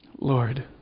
Lord